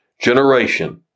generation